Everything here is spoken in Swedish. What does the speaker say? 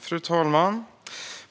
Fru talman!